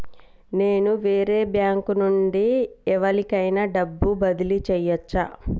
నేను వేరే బ్యాంకు నుండి ఎవలికైనా డబ్బు బదిలీ చేయచ్చా?